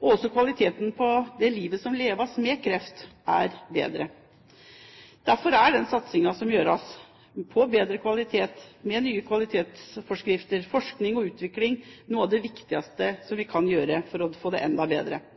og også kvaliteten på det livet som leves med kreft, er bedre. Derfor er satsingen når det gjelder å bedre kvaliteten, med nye kvalitetsforskrifter, forskning og utvikling, noe av det viktigste vi kan gjøre for å få det enda bedre til.